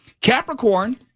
Capricorn